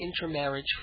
intermarriage